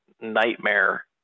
nightmare